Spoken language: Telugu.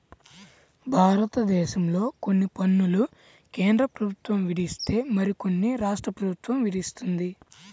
భారతదేశంలో కొన్ని పన్నులు కేంద్ర ప్రభుత్వం విధిస్తే మరికొన్ని రాష్ట్ర ప్రభుత్వం విధిస్తుంది